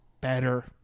better